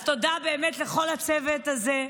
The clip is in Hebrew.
אז תודה באמת לכל הצוות הזה.